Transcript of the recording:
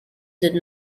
did